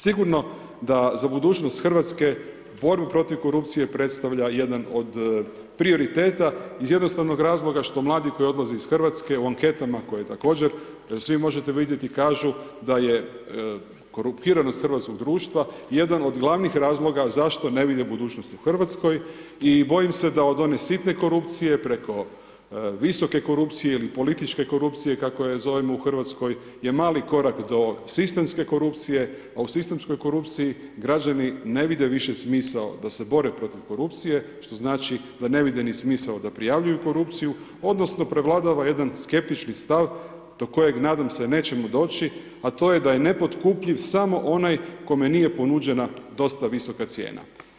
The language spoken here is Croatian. Sigurno da za budućnost Hrvatske borba protiv korupcije predstavlja jedan od prioriteta iz jednostavnog razloga što mladi koji odlaze iz Hrvatske u anketama koje također svi možete vidjeti kažu da je korumpiranost hrvatskog društva jedan od glavnih razloga zašto ne vide budućnost u Hrvatskoj i bojim se da od one sitne korupcije preko visoke korupcije ili političke korupcije, kako ju zovemo u Hrvatskoj, je mali korak do sistemske korupcije, a u sistemskoj korupciji građani ne vide više smisao da se bore protiv korupcije, što znači, da ne vide ni smisao da prijavljuju korupciju, odnosno, prevladava jedan skeptični stav, do kojeg nadam se da nećemo doći, a to je da je nepotkupljiv, samo onaj kome nije ponuđena dosta visoka cijena.